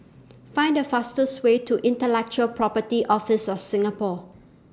Find The fastest Way to Intellectual Property Office of Singapore